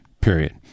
period